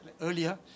earlier